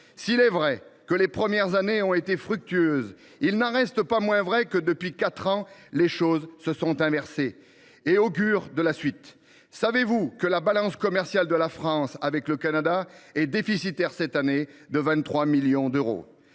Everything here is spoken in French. S’il est vrai que les premières années ont été fructueuses, depuis quatre ans, les choses se sont inversées et augurent de la suite. Savez vous que la balance commerciale de la France avec le Canada est déficitaire, cette année, de 23 millions d’euros ?